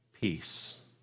peace